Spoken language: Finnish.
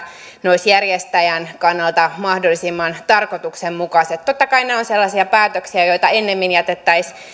ne olisivat järjestäjän kannalta mahdollisimman tarkoituksenmukaiset totta kai ne ovat sellaisia päätöksiä joita ennemmin jätettäisiin